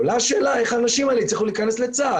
עולה השאלה איך האנשים האלה הצליחו להיכנס לצה"ל,